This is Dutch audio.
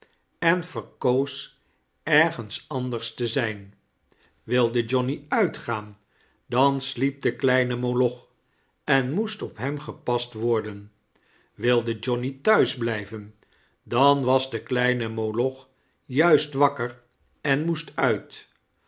en verkoos ergens anders te zijn wilde johnny uitgaan dan sldep de kleine moloch en moest op hem gepast worden wilde johnny thuisblijven dan was de kleiine moloch juist wakker en moest uit